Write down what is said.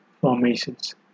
formations